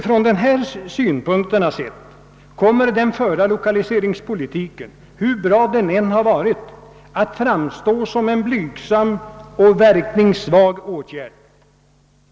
Från dessa utgångspunkter kommer den förda lokaliseringspolitiken, hur bra den än varit, att framstå som en blygsam och verkningssvag insats.